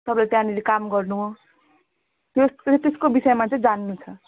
तपाईँ त्यहाँनेर काम गर्नु त्यस त्यसको विषयमा चाहिँ जान्नु छ